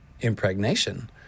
impregnation